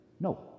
no